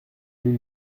nous